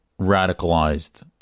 radicalized